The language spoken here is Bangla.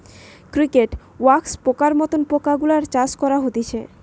ক্রিকেট, ওয়াক্স পোকার মত পোকা গুলার চাষ করা হতিছে